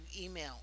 email